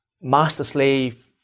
master-slave